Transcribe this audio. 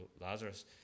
Lazarus